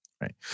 right